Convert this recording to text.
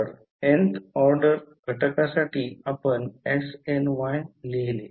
तर nth order घटकासाठी आपण snY लिहिले